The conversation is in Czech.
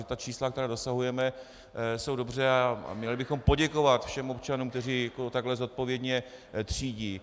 Protože ta čísla, která dosahujeme, jsou dobře a měli bychom poděkovat všem občanům, kteří takto zodpovědně třídí.